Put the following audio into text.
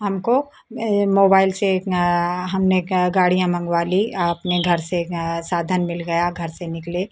हमको मोबाइल से हमने गाड़ियाँ मंगवा ली आपने घर से साधन मिल गया घर से निकले